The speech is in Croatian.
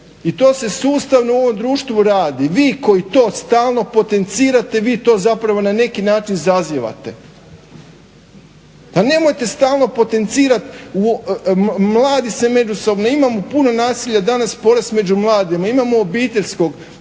i to se sustavno u ovom društvu radi. Vi koji stalno potencirate vi to zapravo na neki način zazivate. Pa nemojte stalno potencirati, mladi se međusobno, imamo puno nasilja danas porast među mladima, imamo obiteljskog, pa